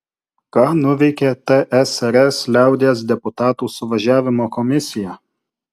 ką nuveikė tsrs liaudies deputatų suvažiavimo komisija